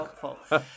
helpful